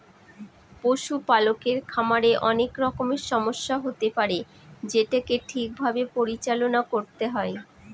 পশুপালকের খামারে অনেক রকমের সমস্যা হতে পারে যেটাকে ঠিক ভাবে পরিচালনা করতে হয়